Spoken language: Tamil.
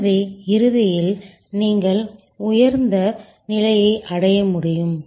எனவே இறுதியில் நீங்கள் ஒரு உயர்ந்த நிலையை அடைய முடியும்